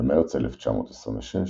במרץ 1926,